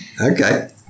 Okay